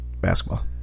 Basketball